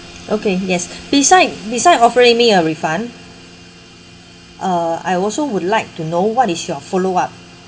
okay yes beside beside offering me a refund uh I also would like to know what is your follow up